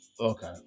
okay